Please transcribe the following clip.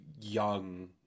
young